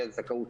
תהיה זכאות